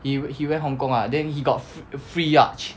he he went hong kong lah then he got fr~ free yacht